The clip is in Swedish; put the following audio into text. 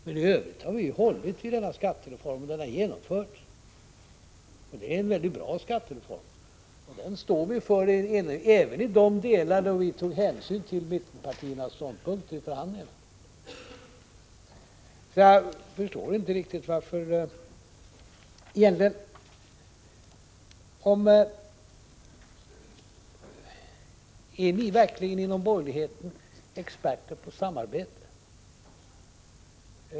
Men i övrigt har vi hållit överenskommelsen om denna skattereform, och den har genomförts. Det är en mycket bra skattereform, och den står vi för — även i de delar där vi tog hänsyn till mittenpartiernas ståndpunkter i förhandlingarna. Jag undrar: Är ni inom borgerligheten verkligen experter på samarbete?